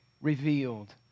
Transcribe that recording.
revealed